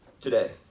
today